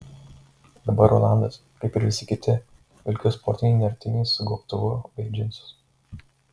dabar rolandas kaip ir visi kiti vilkėjo sportinį nertinį su gobtuvu bei džinsus